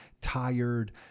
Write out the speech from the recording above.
tired